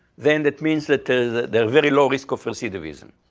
then that means that there's very low risk of recidivism.